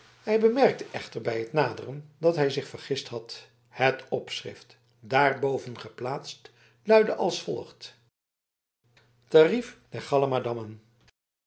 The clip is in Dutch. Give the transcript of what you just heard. hij bemerkte echter bij t naderen dat hij zich vergist had het opschrift daarboven geplaatst luidde als volgt tarief der galamadammen